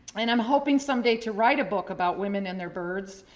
and i'm hoping someday to write a book about women and their birds.